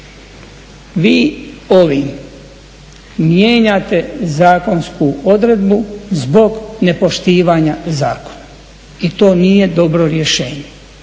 Vi ovim mijenjate zakonsku odredbu zbog nepoštivanja zakona i to nije dobro rješenje.